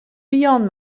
bihan